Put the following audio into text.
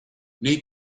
nei